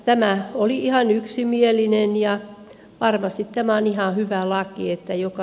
tämä oli ihan yksimielinen ja varmasti tämä on ihan hyvä laki